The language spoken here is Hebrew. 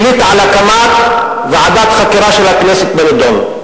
החליטה על הקמת ועדת חקירה של הכנסת בנדון.